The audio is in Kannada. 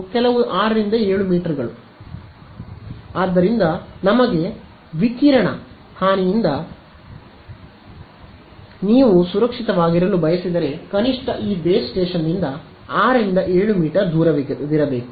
ಕೆಲವು 6 7 ಮೀಟರ್ ಆದ್ದರಿಂದ ನಿಮಗೆ ವಿಕಿರಣ ಹಾನಿಯಿಂದ ನೀವು ಸುರಕ್ಷಿತವಾಗಿರಲು ಬಯಸಿದರೆ ಕನಿಷ್ಠ ಈ ಬೇಸ್ ಸ್ಟೇಷನ್ನಿಂದ ೬ ೭ ಮೀಟರ್ ದೂರವಿರಬೇಕು